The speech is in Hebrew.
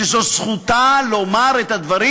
שזו זכותה לומר את הדברים.